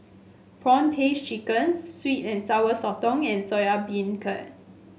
prawn paste chicken sweet and Sour Sotong and Soya Beancurd